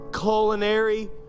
culinary